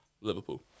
Liverpool